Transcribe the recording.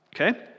Okay